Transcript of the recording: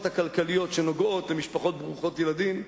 הכלכליות שנוגעות למשפחות ברוכות ילדים,